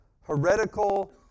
heretical